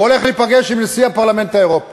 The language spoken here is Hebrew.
והולך להיפגש עם נשיא הפרלמנט האירופי,